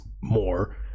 more